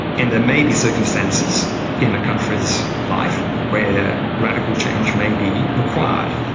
and there may be circumstances in a country's life where radical change may be required.